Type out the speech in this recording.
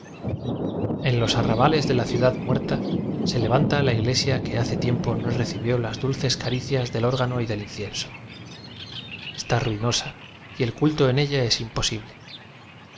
n los arrabales de la ciudad muerta se levanta la iglesia que hace tiempo no reci bió las dulces caricias del órgano y del in cienso está ruinosa y el culto en ella es imposible